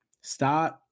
start